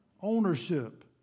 Ownership